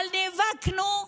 נאבקנו,